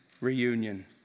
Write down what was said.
reunion